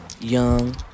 Young